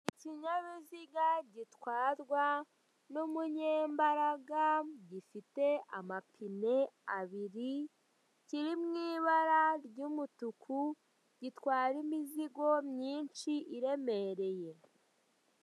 Ikinyabiziga gitwarwa n'umunyembaraga gifite amapine abiri, kiri mw'ibara ry'umutuku gitwara imizigo myinshi iremereye.